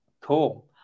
cool